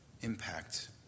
impact